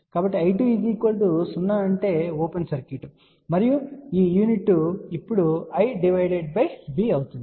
కాబట్టి I2 0 అంటే open circuit మరియు ఈ యూనిట్ ఇప్పుడు I డివైడెడ్ బై V అవుతుంది